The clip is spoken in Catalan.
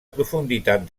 profunditat